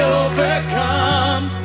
overcome